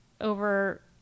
over